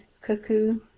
Cuckoo